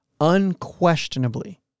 unquestionably